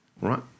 right